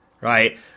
right